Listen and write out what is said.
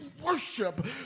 worship